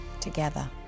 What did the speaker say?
together